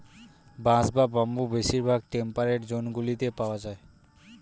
বাঁশ বা বাম্বু বেশিরভাগ টেম্পারেট জোনগুলিতে পাওয়া যায়